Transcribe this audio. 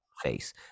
face